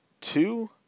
Two